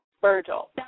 Virgil